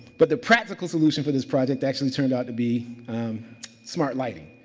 but, the practical solution for this project actually turned out to be smart lighting.